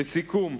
לסיכום,